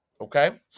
okay